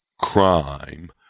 crime